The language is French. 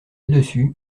dessus